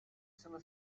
sono